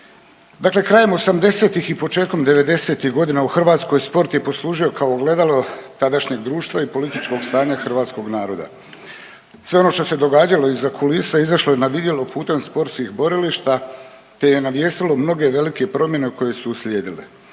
Dakle, krajem osamdesetih i početkom 90-tih godina u Hrvatskoj sport je poslužio kao ogledalo tadašnjeg društva i političkog stanja hrvatskog naroda. Sve ono što se događalo iza kulisa izašlo je na vidjelo putem sportskih borilišta, te je navijestilo mnoge velike promjene koje su uslijedile.